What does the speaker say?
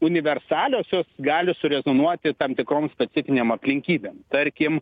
universaliosios gali surezonuoti tam tikrom specifinėm aplinkybėm tarkim